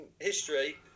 history